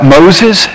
Moses